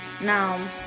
now